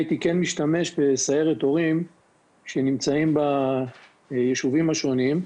כן הייתי משתמש בסיירת הורים שנמצאים בישובים השונים.